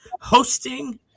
hosting